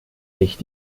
nicht